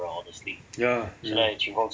ya ya